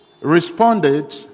responded